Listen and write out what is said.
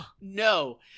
No